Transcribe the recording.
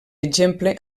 exemple